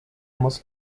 muss